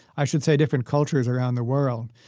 i should say, different cultures around the world,